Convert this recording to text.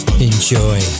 Enjoy